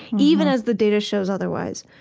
even as the data shows otherwise.